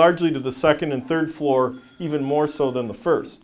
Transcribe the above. largely to the second and third floor even more so than the first